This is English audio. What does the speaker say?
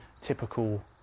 typical